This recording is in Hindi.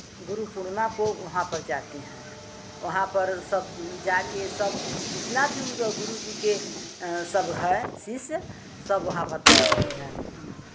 गुरुपूर्णिमा को वहां पर जाते हैं वहां पर सब जा के सब जितना भी उनका गुरु जी के सब है शिष्य सब वहां पर पहुँचते हैं